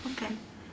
okay